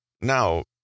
Now